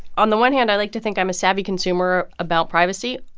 on the one hand, i like to think i'm a savvy consumer about privacy.